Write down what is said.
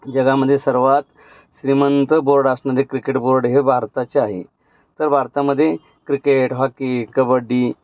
जगामध्ये सर्वात श्रीमंत बोर्ड असणारे क्रिकेट बोर्ड हे भारताचे आहे तर भारतामध्ये क्रिकेट हॉकी कबड्डी